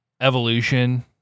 evolution